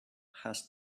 has